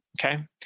okay